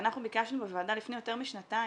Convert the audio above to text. כשאנחנו ביקשנו בוועדה לפני יותר משנתיים